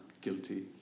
guilty